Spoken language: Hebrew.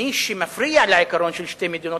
שמי שמפריע לעיקרון של שתי מדינות,